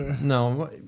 No